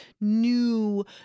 new